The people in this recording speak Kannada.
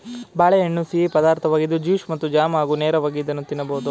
ಬಾಳೆಹಣ್ಣು ಸಿಹಿ ಪದಾರ್ಥವಾಗಿದ್ದು ಜ್ಯೂಸ್ ಮತ್ತು ಜಾಮ್ ಹಾಗೂ ನೇರವಾಗಿ ಇದನ್ನು ತಿನ್ನಬೋದು